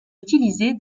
utilisé